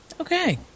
Okay